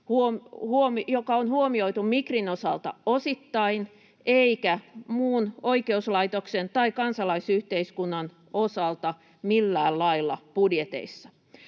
joka on huomioitu Migrin osalta osittain eikä muun oikeuslaitoksen tai kansalaisyhteiskunnan osalta millään lailla budjeteissa.